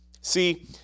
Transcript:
See